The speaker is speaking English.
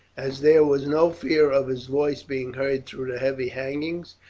as there was no fear of his voice being heard through the heavy hangings,